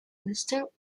listing